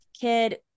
kid